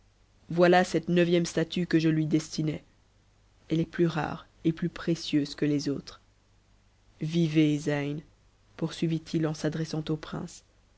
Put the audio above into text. voilà cette neuvième statue que je lui destinais elle est plus rare et plus précieuse que les autres vivez zeyn poursuivit-il en s'adressant au prince